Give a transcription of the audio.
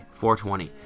420